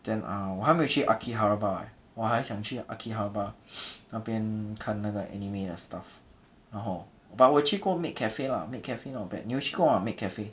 then uh 我还没去 akhihabara leh 我还想去 akhihabara 那边看那个 anime the stuff 然后 but 我有去过 maid cafe lah maid cafe not bad 你有去过吗 maid cafe